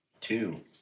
two